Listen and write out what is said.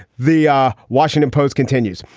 the washington post continues.